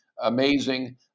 Amazing